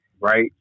right